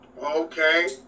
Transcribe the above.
Okay